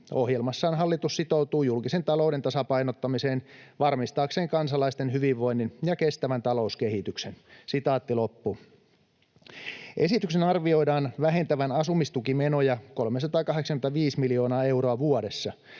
Ohjelmassaan hallitus sitoutuu julkisen talouden tasapainottamiseen varmistaakseen kansalaisten hyvinvoinnin ja kestävän talouskehityksen.” Esityksen arvioidaan vähentävän asumistukimenoja 385 miljoonaa euroa vuodessa,